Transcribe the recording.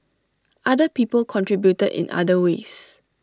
other people contributed in other ways